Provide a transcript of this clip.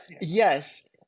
yes